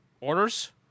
orders